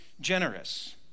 generous